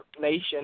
nation